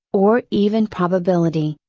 or even probability,